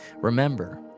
Remember